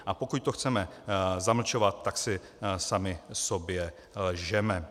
A pokud to chceme zamlčovat, tak si sami sobě lžeme.